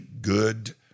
good